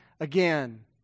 again